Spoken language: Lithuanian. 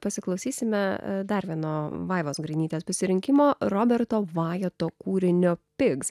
pasiklausysime dar vieno vaivos grainytės pasirinkimo roberto vajeto kūrinio pigs